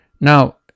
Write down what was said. Now